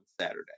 Saturday